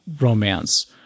romance